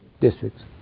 districts